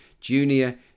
Junior